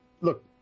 look